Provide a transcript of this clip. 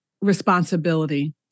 responsibility